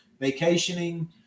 vacationing